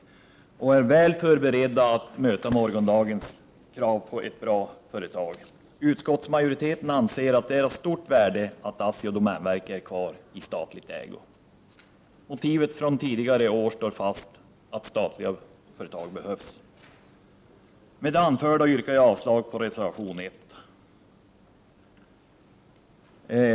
Företaget är väl förberett att möta morgondagens krav på ett bra företag. Utskottsmajoriteten anser att det är av stort värde att ASSI och domänverket är kvar i statlig ägo. Motiven från tidigare år står fast, och vi hävdar att statliga företag behövs. Med det anförda yrkar jag avslag på reservation 1.